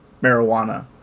marijuana